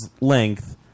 length